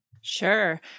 Sure